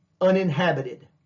uninhabited